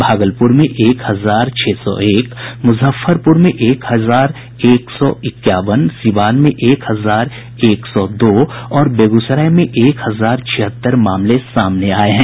भागलपुर में एक हजार छह सौ एक मुजफ्फरपुर में एक हजार एक सौ इक्यावन सीवान में एक हजार एक सौ दो और बेगूसराय में एक हजार छिहत्तर मामले सामने आ चुके हैं